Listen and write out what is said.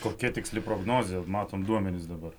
kokia tiksli prognozė matom duomenis dabar